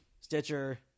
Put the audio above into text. Stitcher